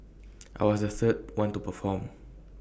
I was the third one to perform